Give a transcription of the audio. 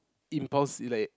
impossi~ like